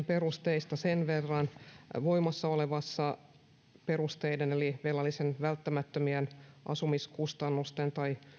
perusteista sen verran että voimassa olevien perusteiden eli velallisen välttämättömien asumiskustannusten tai